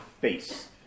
face